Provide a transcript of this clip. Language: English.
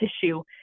tissue